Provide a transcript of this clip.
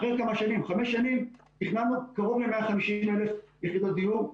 אחרי חמש שנים, תכננו קרוב ל-150,000 יחידות דיור.